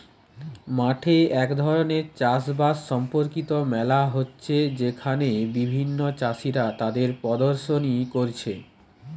মাঠে এক ধরণের চাষ বাস সম্পর্কিত মেলা হচ্ছে যেখানে বিভিন্ন চাষীরা তাদের প্রদর্শনী কোরছে